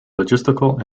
logistical